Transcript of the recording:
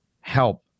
help